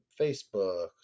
Facebook